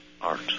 art